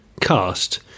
cast